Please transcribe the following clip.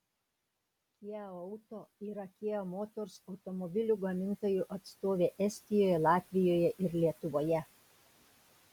kia auto yra kia motors automobilių gamintojų atstovė estijoje latvijoje ir lietuvoje